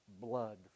blood